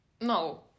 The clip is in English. No